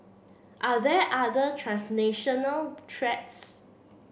are there other transnational threats